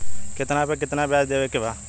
कितना पे कितना व्याज देवे के बा?